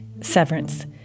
Severance